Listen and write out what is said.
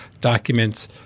documents